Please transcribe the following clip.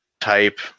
type